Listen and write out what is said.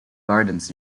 gardens